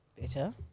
Better